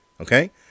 Okay